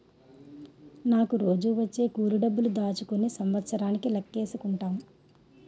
నాకు రోజూ వచ్చే కూలి డబ్బులు దాచుకుని సంవత్సరానికి లెక్కేసుకుంటాం